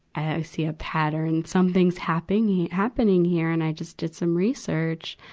i i see a pattern. something's happening happening here. and i just did some research.